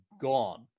gone